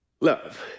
Love